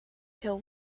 till